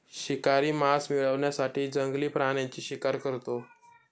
शिकारी मांस मिळवण्यासाठी जंगली प्राण्यांची शिकार करतो